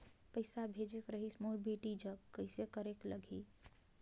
पइसा भेजेक रहिस मोर बेटी जग कइसे करेके लगही?